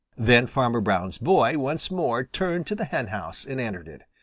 then farmer brown's boy once more turned to the henhouse and entered it.